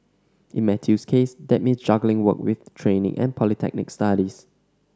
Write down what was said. in Matthew's case that means juggling work with training and polytechnic studies